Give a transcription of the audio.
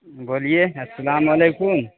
بولیے السلام علیکم